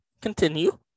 continue